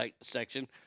section